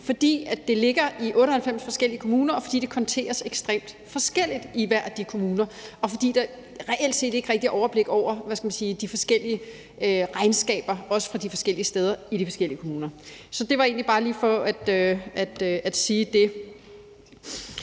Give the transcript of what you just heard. fordi det ligger i 98 forskellige kommuner, og fordi det konteres ekstremt forskelligt i hver af de kommuner, og der altså reelt set ikke rigtig er et overblik over de forskellige regnskaber for de forskellige steder i de forskellige kommuner. Så det var egentlig bare lige det,